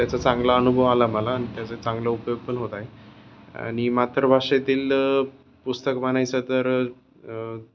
त्याचा चांगला अनुभव आला मला अ त्याचा चांगला उपयोग पण होत आहे आ आणि मातृभाषेतील पुस्तक म्हणायच तर